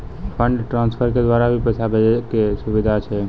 Fund transfer के द्वारा भी पैसा भेजै के सुविधा छै?